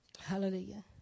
Hallelujah